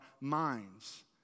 minds